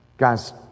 Guys